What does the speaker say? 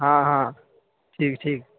ہاں ہاں ٹھیک ٹھیک